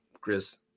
Chris